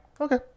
Okay